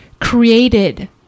created